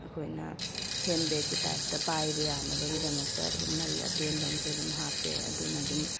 ꯑꯩꯈꯣꯏꯅ ꯍꯦꯟ ꯕꯦꯛꯀꯤ ꯇꯥꯏꯞꯇ ꯄꯥꯏꯕ ꯌꯥꯅꯕꯒꯤꯗꯃꯛꯇ ꯃꯔꯤ ꯑꯇꯦꯟꯕ ꯑꯃꯁꯨ ꯑꯗꯨꯝ ꯍꯥꯞꯄꯦ ꯑꯗꯨꯅ ꯑꯗꯨꯝ